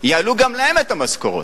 יעלו גם להם את המשכורות.